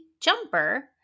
jumper